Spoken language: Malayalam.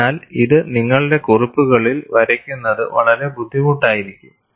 അതിനാൽ ഇത് നിങ്ങളുടെ കുറിപ്പുകളിൽ വരയ്ക്കുന്നത് വളരെ ബുദ്ധിമുട്ടായിരിക്കും